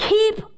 Keep